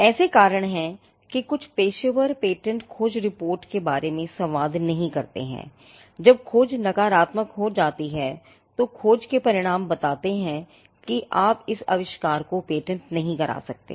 ऐसे कारण हैं कि कुछ पेशेवर पेटेंट खोज रिपोर्ट के बारे में संवाद नहीं करते हैं जब खोज नकारात्मक हो जाती है तो खोज के परिणाम बताते हैं कि आप इस आविष्कार को पेटेंट नहीं करा सकते